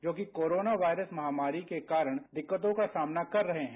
जोकि corona virus महामारी के कारण दिक्कतों का सामना कर रहे हैं